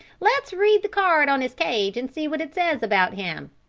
let's read the card on his cage and see what it says about him.